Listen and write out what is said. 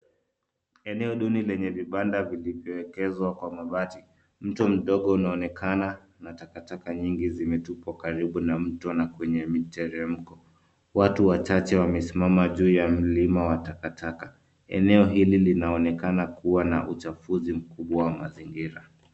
Eneo duni lenye vibanda vilivyoegezwa kwa mabati. Mto mdogo unaonekana na takataka nyingi zimetupwa karibu na mto na kwenye miteremko. Watu wachache wamesimama juu ya mlima wa takataka. Eneo hili linaonekana kuwa na uchafuzi mkubwa wa mazingira.